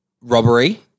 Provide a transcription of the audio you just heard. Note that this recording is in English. robbery